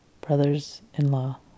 brothers-in-law